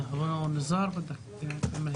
מודר יוניס, בבקשה.